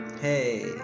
Hey